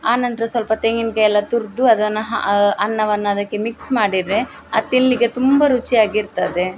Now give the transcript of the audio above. ಆನಂತರ ಸ್ವಲ್ಪ ತೆಂಗಿನಕಾಯೆಲ್ಲ ತುರಿದು ಅದನ್ನು ಅನ್ನವನ್ನು ಅದಕ್ಕೆ ಮಿಕ್ಸ್ ಮಾಡಿದರೆ ಅದು ತಿನ್ನಲಿಕ್ಕೆ ತುಂಬ ರುಚಿಯಾಗಿರ್ತದೆ